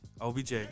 OBJ